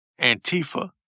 Antifa